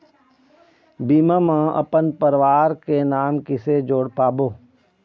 बीमा म अपन परवार के नाम किसे जोड़ पाबो?